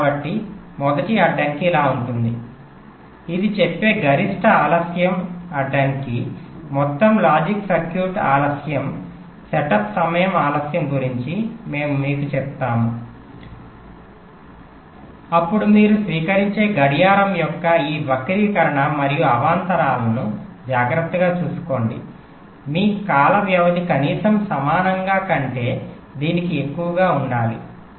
కాబట్టి మొదటి అడ్డంకి ఇలా ఉంటుంది ఇది చెప్పే గరిష్ట ఆలస్యం అడ్డంకి మొత్తం లాజిక్ సర్క్యూట్ ఆలస్యం సెటప్ సమయం ఆలస్యం గురించి మనము మీకు చెప్పాము అప్పుడు మీరు స్వీకరించే గడియారం యొక్క ఈ వక్రీకరణ మరియు అవాంతరాలనుskew jitter జాగ్రత్తగా చూసుకోండి మీ కాల వ్యవధి కనీసం సమానంగా కంటే దీనికి ఎక్కువగా ఉండాలి